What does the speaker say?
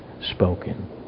spoken